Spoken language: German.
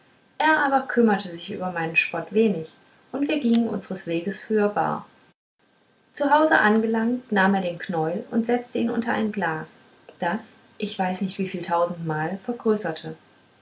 er aber kümmerte sich über meinen spott wenig und wir gingen unsres weges fürbaß zu hause angelangt nahm er den knäuel und setzte ihn unter ein glas das ich weiß nicht wieviel tausendmal vergrößerte